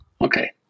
Okay